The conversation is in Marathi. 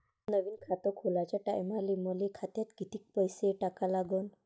नवीन खात खोलाच्या टायमाले मले खात्यात कितीक पैसे टाका लागन?